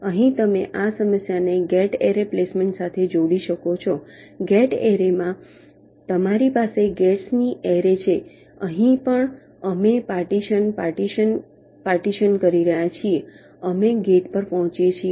અહીં તમે આ સમસ્યાને ગેટ એરે પ્લેસમેન્ટ સાથે જોડી શકો છો ગેટ એરેમાં તમારી પાસે ગેટ્સની એરે છે અહીં પણ અમે પાર્ટીશન પાર્ટીશન પાર્ટીશન કરી રહ્યા છીએ અમે ગેટ પર પહોંચીએ છીએ